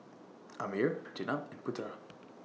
Ammir Jenab and Putera